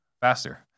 faster